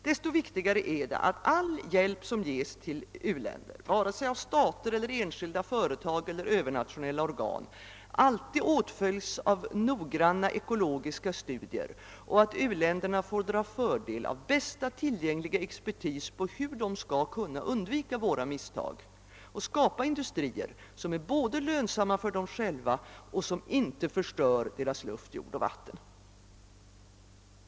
Desto viktigare är det att all hjälp som ges till u-länder vare sig av stater, enskilda företag eller övernationella organ alltid åtföljs av noggranna ekologiska studier, så att u-länderna får dra fördel av bästa tillgängliga expertis hur de skall kunna undvika våra misstag och skapa industrier som är både lönsamma för dem själva och som inte förstör deras luft, jord och vatten.